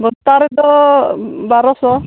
ᱵᱚᱥᱛᱟ ᱨᱮᱫᱚ ᱵᱟᱨᱚ ᱥᱚ